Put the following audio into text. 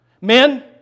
Men